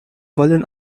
wollen